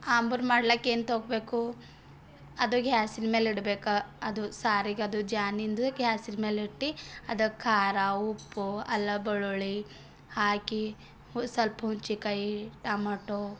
ಆಂಬ್ರ್ ಮಾಡ್ಲಿಕ್ಕೆ ಏನು ತೊಗೊಬೇಕು ಅದು ಗ್ಯಾಸಿನ ಮೇಲೆ ಇಡಬೇಕ ಅದು ಸಾರಿಗೆ ಅದು ಜಾನ್ನಿಂದ ಗ್ಯಾಸಿನ ಮೇಲಿಟ್ಟು ಅದಕ್ಕೆ ಖಾರ ಉಪ್ಪು ಅಲ್ಲ ಬೆಳ್ಳುಳ್ಳಿ ಹಾಕಿ ಉ ಸ್ವಲ್ಪ ಹುಂಚಿಕಾಯಿ ಟಮಟೋ